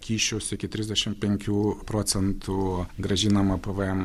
kyšius iki trisdešimt penkių procentų grąžinama pvm